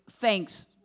thanks